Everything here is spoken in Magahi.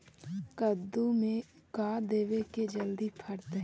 कददु मे का देबै की जल्दी फरतै?